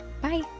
Bye